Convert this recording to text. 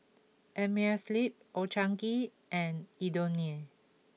Amerisleep Old Chang Kee and Indomie